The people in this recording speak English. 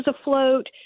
afloat